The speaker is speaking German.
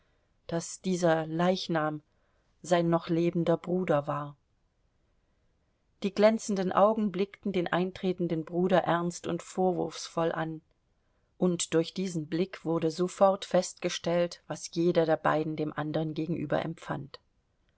daß dieser leichnam sein noch lebender bruder war die glänzenden augen blickten den eintretenden bruder ernst und vorwurfsvoll an und durch diesen blick wurde sofort festgestellt was jeder der beiden dem andern gegenüber empfand